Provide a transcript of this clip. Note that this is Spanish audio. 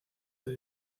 del